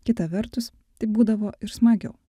kita vertus tai būdavo ir smagiau